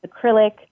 acrylic